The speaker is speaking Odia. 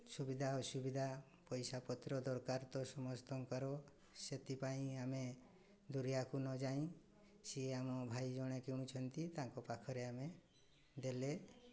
ସୁବିଧା ଅସୁବିଧା ପଇସାପତ୍ର ଦରକାର ତ ସମସ୍ତଙ୍କର ସେଥିପାଇଁ ଆମେ ଦୂରିଆକୁ ନ ଯାଇ ସେ ଆମ ଭାଇ ଜଣେ କିଣୁଛନ୍ତି ତାଙ୍କ ପାଖରେ ଆମେ ଦେଲେ